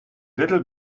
little